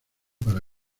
para